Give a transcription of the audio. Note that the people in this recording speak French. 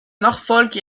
norfolk